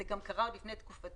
זה קרה עוד לפני תקופתי.